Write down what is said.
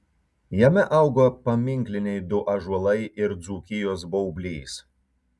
jame auga paminkliniai du ąžuolai ir dzūkijos baublys